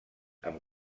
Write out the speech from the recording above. amb